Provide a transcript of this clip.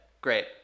Great